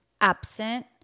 absent